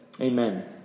Amen